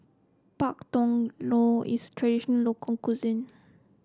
Pak Thong Ko is tradition local cuisine